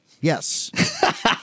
Yes